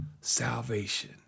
salvation